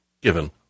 given